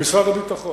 למשרד הביטחון,